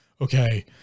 Okay